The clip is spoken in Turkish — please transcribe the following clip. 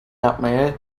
yapmayı